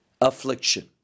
affliction